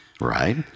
right